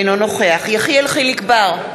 אינו נוכח יחיאל חיליק בר,